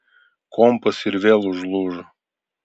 kompas ir vėl užlūžo